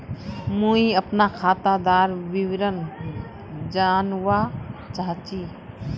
मुई अपना खातादार विवरण जानवा चाहची?